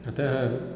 अतः